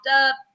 up